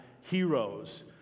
heroes